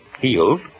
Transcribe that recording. healed